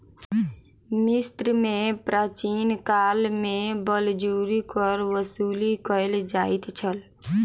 मिस्र में प्राचीन काल में बलजोरी कर वसूली कयल जाइत छल